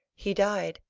he died,